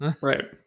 Right